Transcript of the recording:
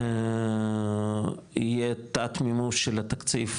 יהיה תת-מימוש של התקציב,